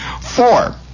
Four